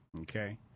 okay